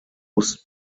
most